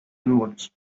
inwards